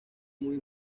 muy